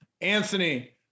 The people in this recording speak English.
anthony